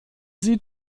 sie